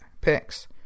picks